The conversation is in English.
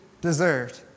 deserved